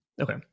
Okay